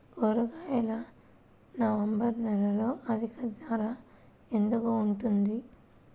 కూరగాయలు నవంబర్ నెలలో అధిక ధర ఎందుకు ఉంటుంది?